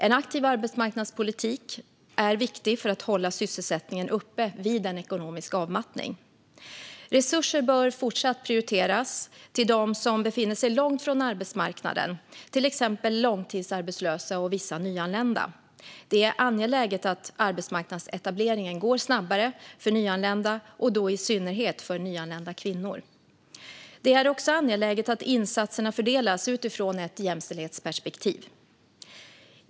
En aktiv arbetsmarknadspolitik är viktig för att hålla sysselsättningen uppe vid en ekonomisk avmattning. Resurser bör fortsättningsvis prioriteras till dem som befinner sig långt från arbetsmarknaden, till exempel långtidsarbetslösa och vissa nyanlända. Det är angeläget att arbetsmarknadsetableringen går snabbare för nyanlända, och då i synnerhet för nyanlända kvinnor. Det är också angeläget att insatserna fördelas utifrån ett jämställdhetsperspektiv.